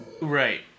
Right